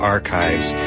Archives